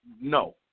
no